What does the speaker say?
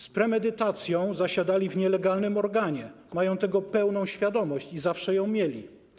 Z premedytacją zasiadali w nielegalnym organie, mają tego pełną świadomość i zawsze ją mieli.